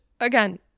again